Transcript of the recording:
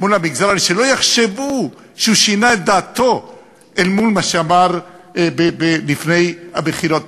שלא יחשבו שהוא שינה את דעתו אל מול מה שאמר לפני הבחירות.